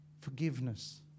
forgiveness